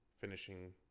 finishing